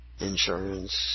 insurance